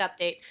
update